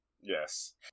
Yes